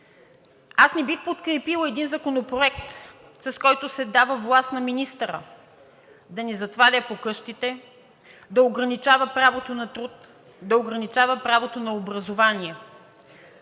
Аз не бих подкрепила един законопроект, с който се дава власт на министъра да ни затваря по къщите, да ограничава правото на труд, да ограничава правото на образование.